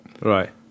Right